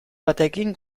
batekin